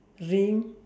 ring